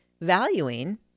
valuing